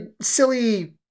silly –